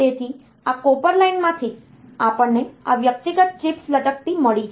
તેથી આ કોપર લાઇનમાંથી આપણને આ વ્યક્તિગત ચિપ્સ લટકતી મળી છે